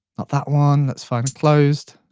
not that one, let's find the closed.